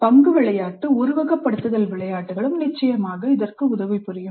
பங்கு விளையாட்டு உருவகப்படுத்துதல் விளையாட்டுகளும் நிச்சயமாக உதவும்